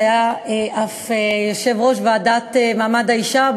שהיה אף יושב-ראש ועדת מעמד האישה,